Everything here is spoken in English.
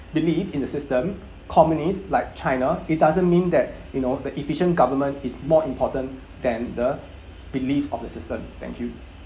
belief in the system communist like china it doesn't mean that you know the efficient government is more important than the belief of the system thank you